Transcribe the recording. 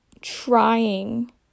trying